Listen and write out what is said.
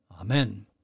Amen